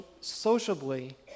sociably